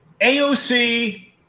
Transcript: AOC